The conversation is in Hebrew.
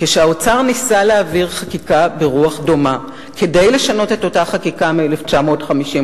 כשהאוצר ניסה להעביר חקיקה ברוח דומה כדי לשנות את אותה חקיקה מ-1952,